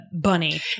bunny